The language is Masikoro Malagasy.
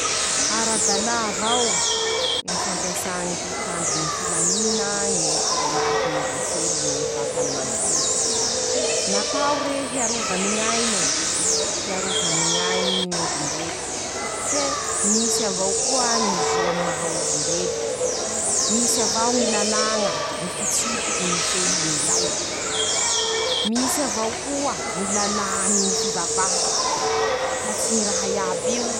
Ara-dalà avao ñy fampiasà ñy pitandrony ñy filamina ñy torimariky momba ny seliny ñy vatany manontolo. Natao rey hiarova ny gaine, hiarova ny ñain'olombelo, fe misy avao koa ñy zo amy maha olombelo, misy avao ñy lalàña, ñy fitsipiky mifehy an'izay, misy avao koa ñy lalàa aminy ñy fivavaha, fa tsy ñy raha iaby.